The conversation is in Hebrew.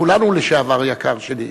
כולנו לשעבר, יקר שלי.